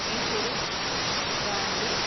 Nehru Gandhi